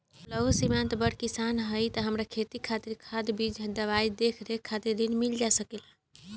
हम लघु सिमांत बड़ किसान हईं त हमरा खेती खातिर खाद बीज दवाई आ देखरेख खातिर ऋण मिल सकेला का?